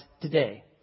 today